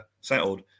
settled